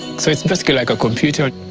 so it's basically like a computer.